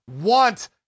want